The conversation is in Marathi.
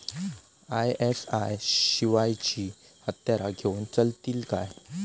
आय.एस.आय शिवायची हत्यारा घेऊन चलतीत काय?